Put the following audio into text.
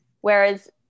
Whereas